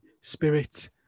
spirit